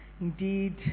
indeed